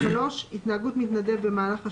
התנהגות מתנדב במהלך השירות,